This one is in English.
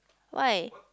why